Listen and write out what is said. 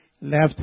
left